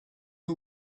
who